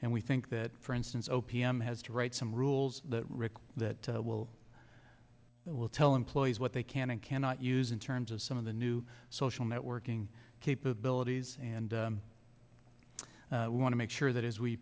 and we think that for instance o p m has to write some rules that rick that will will tell employees what they can and cannot use in terms of some of the new social networking capabilities and want to make sure that as we